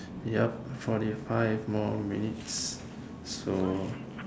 yup forty five more minutes